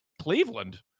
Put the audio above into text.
Cleveland